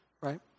right